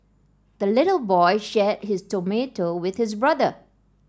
the little boy shared his tomato with his brother